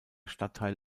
stadtteil